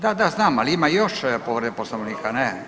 Da, da, znam, ali ima još povreda Poslovnika, ne?